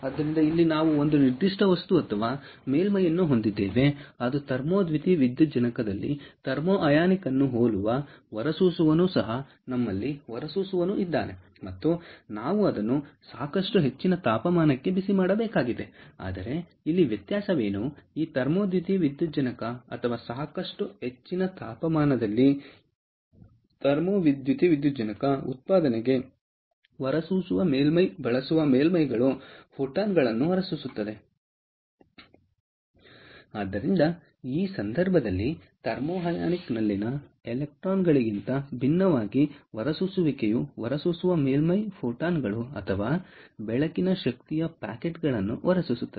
ಆದ್ದರಿಂದ ಇಲ್ಲಿ ನಾವು ಒಂದು ನಿರ್ದಿಷ್ಟ ವಸ್ತು ಅಥವಾ ಮೇಲ್ಮೈಯನ್ನು ಹೊಂದಿದ್ದೇವೆ ಅದು ಥರ್ಮೋ ದ್ಯುತಿವಿದ್ಯುಜ್ಜನಕದಲ್ಲಿ ಥರ್ಮೋ ಅಯಾನಿಕ್ ಅನ್ನು ಹೋಲುವ ಹೊರಸೂಸುವವನು ಸಹ ನಮ್ಮಲ್ಲಿ ಹೊರಸೂಸುವವನು ಇದ್ದಾನೆ ಮತ್ತು ನಾವು ಅದನ್ನು ಸಾಕಷ್ಟು ಹೆಚ್ಚಿನ ತಾಪಮಾನಕ್ಕೆ ಬಿಸಿ ಮಾಡಬೇಕಾಗಿದೆ ಆದರೆ ಇಲ್ಲಿ ವ್ಯತ್ಯಾಸವೇನು ಈ ಥರ್ಮೋ ದ್ಯುತಿವಿದ್ಯುಜ್ಜನಕ ಅಥವಾ ಸಾಕಷ್ಟು ಹೆಚ್ಚಿನ ತಾಪಮಾನದಲ್ಲಿ ಥರ್ಮೋ ದ್ಯುತಿವಿದ್ಯುಜ್ಜನಕ ಉತ್ಪಾದನೆಗೆ ಹೊರಸೂಸುವ ಮೇಲ್ಮೈ ಬಳಸುವ ಮೇಲ್ಮೈಗಳು ಫೋಟಾನ್ಗಳನ್ನು ಹೊರಸೂಸುತ್ತವೆ ಆದ್ದರಿಂದ ಈ ಸಂದರ್ಭದಲ್ಲಿ ಥರ್ಮೋ ಅಯಾನಿಕ್ನಲ್ಲಿನ ಎಲೆಕ್ಟ್ರಾನ್ ಗಳಿಗಿಂತ ಭಿನ್ನವಾಗಿ ಹೊರಸೂಸುವಿಕೆಯು ಹೊರಸೂಸುವ ಮೇಲ್ಮೈ ಫೋಟಾನ್ಗಳು ಅಥವಾ ಬೆಳಕಿನ ಶಕ್ತಿಯ ಪ್ಯಾಕೆಟ್ಗಳನ್ನು ಹೊರಸೂಸುತ್ತದೆ